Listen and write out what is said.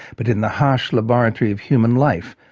but in the harsh laboratory of human life,